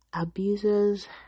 abusers